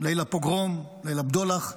ליל הפוגרום, ליל הבדולח,